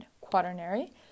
quaternary